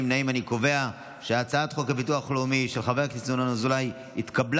את הצעת חוק הביטוח הלאומי (תיקון,